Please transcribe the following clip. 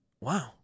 wow